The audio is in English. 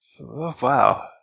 Wow